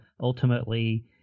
ultimately